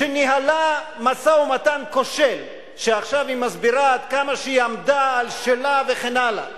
שניהלה משא-ומתן כושל ועכשיו היא מסבירה כמה שהיא עמדה על שלה וכן הלאה,